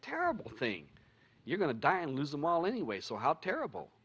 terrible thing you're going to die and lose them all anyway so how terrible